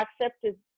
accepted